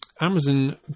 Amazon